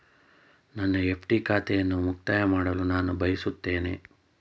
ನನ್ನ ಎಫ್.ಡಿ ಖಾತೆಯನ್ನು ಮುಕ್ತಾಯ ಮಾಡಲು ನಾನು ಬಯಸುತ್ತೇನೆ